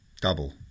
Double